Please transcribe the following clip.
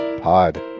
pod